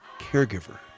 caregiver